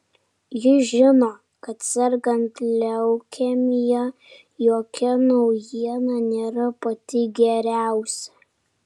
ji žino kad sergant leukemija jokia naujiena nėra pati geriausia